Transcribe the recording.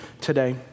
today